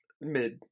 mid